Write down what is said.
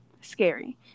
Scary